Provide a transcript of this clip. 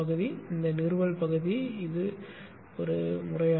இந்த பகுதி இந்த நிறுவல் பகுதி ஒரு முறை